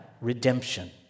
redemption